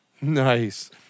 Nice